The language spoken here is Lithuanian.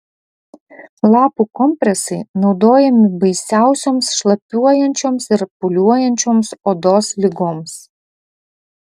lapų kompresai naudojami baisiausioms šlapiuojančios ir pūliuojančioms odos ligoms